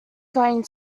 going